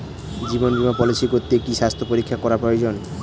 জীবন বীমা পলিসি করতে কি স্বাস্থ্য পরীক্ষা করা প্রয়োজন?